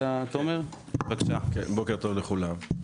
בוקר טוב לכולם.